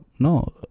No